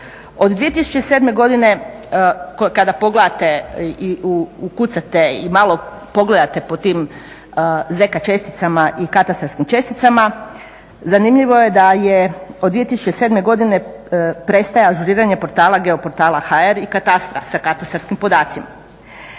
Od 2007. godine kada pogledate i ukucate i malo pogledati po tim … česticama i … česticama, zanimljivo je da je od 2007. godine prestaje ažuriranje portala, geoportala.hr i katastra sa katastarskim podacima.